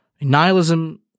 Nihilism